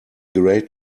great